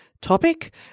topic